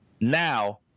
now